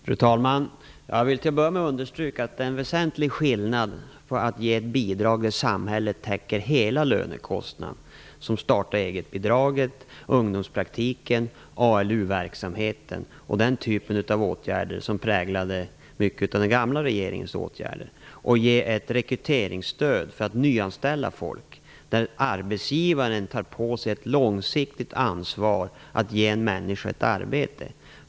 Fru talman! Jag vill till att börja med understryka att det är en väsentlig skillnad mellan att ge bidrag där samhället täcker hela lönekostnaden - som startaeget-bidraget, ungdomspraktiken, ALU-verksamhet och den typen av åtgärder som präglade mycket av den gamla regeringens åtgärder - och att ge ett rekryteringsstöd för att nyanställa folk, där arbetsgivaren tar på sig ett långsiktigt ansvar att ge en människa ett arbete.